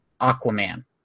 aquaman